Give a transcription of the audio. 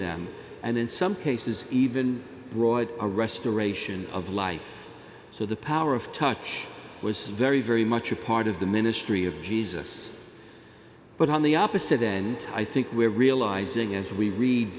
them and in some cases even brought a restoration of life so the power of touch was very very much a part of the ministry of jesus but on the opposite then i think we're realizing as we read